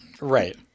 Right